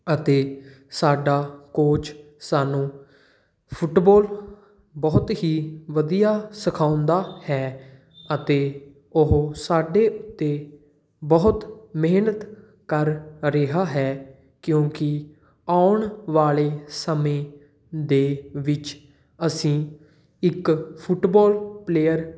ਅਤੇ ਸਾਡਾ ਕੋਚ ਸਾਨੂੰ ਫੁੱਟਬੋਲ ਬਹੁਤ ਹੀ ਵਧੀਆ ਸਿਖਾਉਂਦਾ ਹੈ ਅਤੇ ਉਹ ਸਾਡੇ ਉੱਤੇ ਬਹੁਤ ਮਿਹਨਤ ਕਰ ਰਿਹਾ ਹੈ ਕਿਉਂਕਿ ਆਉਣ ਵਾਲੇ ਸਮੇਂ ਦੇ ਵਿੱਚ ਅਸੀਂ ਇੱਕ ਫੁੱਟਬੋਲ ਪਲੇਅਰ